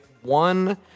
one